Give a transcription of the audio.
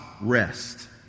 rest